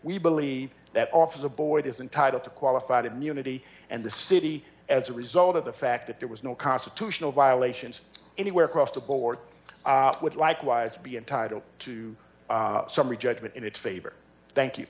we believe that off the board is entitled to qualified immunity and the city as a result of the fact that there was no constitutional violations anywhere across the board would likewise be entitled to a summary judgment in its favor thank you